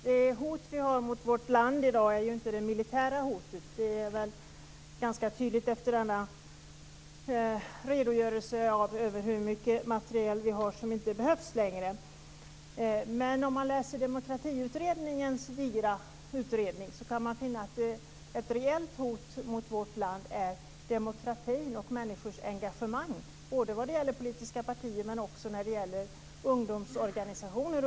Fru talman! Hotet mot vårt land är i dag inget militärt hot. Det står väl ganska klart efter denna redogörelse för hur mycket materiel vi har som inte behövs längre. Om man läser i Demokratiutredningens digra betänkande kan man finna att ett reellt hot mot vårt land är brister i demokratin och i människors engagemang, både när det gäller politiska partier och ungdomsorganisationer.